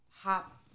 hop